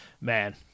man